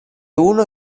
uno